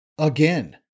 Again